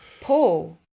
Paul